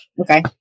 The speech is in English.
Okay